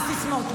שום סיסמאות,